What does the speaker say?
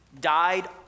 died